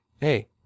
Hey